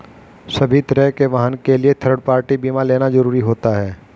सभी तरह के वाहन के लिए थर्ड पार्टी बीमा लेना जरुरी होता है